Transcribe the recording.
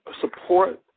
support